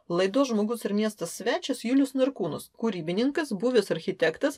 laidos žmogus ir miestas svečias julius narkūnus kūrybininkas buvęs architektas